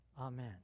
Amen